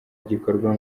gikorwa